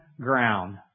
ground